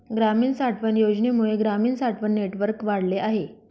ग्रामीण साठवण योजनेमुळे ग्रामीण साठवण नेटवर्क वाढले आहे